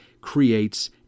creates